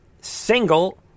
single